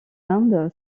inde